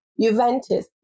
Juventus